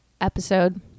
episode